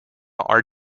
are